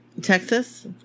Texas